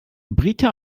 britta